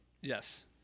Yes